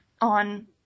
on